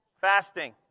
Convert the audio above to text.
Fasting